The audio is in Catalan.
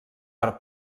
per